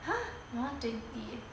!huh! my [one] twenty eh